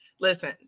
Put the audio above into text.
listen